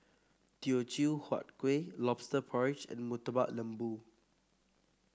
Teochew Huat Kueh lobster porridge and Murtabak Lembu